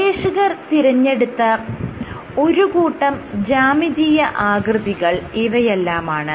ഗവേഷകർ തിരഞ്ഞെടുത്ത ഒരു കൂട്ടം ജ്യാമിതിയ ആകൃതികൾ ഇവയെല്ലാമാണ്